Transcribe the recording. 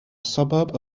suburb